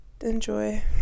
enjoy